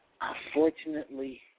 Unfortunately